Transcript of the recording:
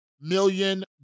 million